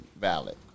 valid